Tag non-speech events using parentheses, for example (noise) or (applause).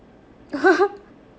(laughs)